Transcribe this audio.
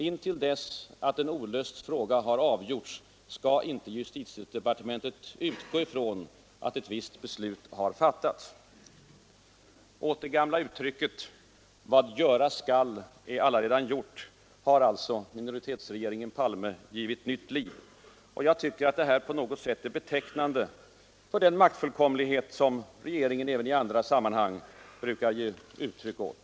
Intill dess att en olöst fråga har avgjorts skall inte justitiedepartementet utgå ifrån att ett beslut har fattats. Åt det gamla uttrycket ”Vad göras skall är allaredan gjort” har alltså minoritetsregeringen Palme givit nytt liv. Jag tycker att det är på något sätt betecknande för den maktfullkomlighet som regeringen även i andra sammanhang brukar ge uttryck åt.